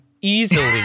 easily